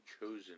chosen